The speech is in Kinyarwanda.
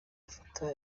afata